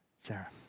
Sarah